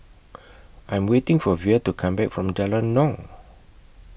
I'm waiting For Vere to Come Back from Jalan Naung